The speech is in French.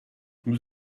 nous